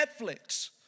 Netflix